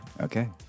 Okay